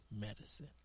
medicine